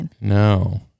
No